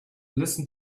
listen